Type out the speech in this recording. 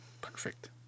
Perfect